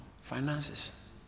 finances